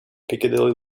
piccadilly